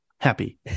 happy